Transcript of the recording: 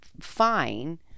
fine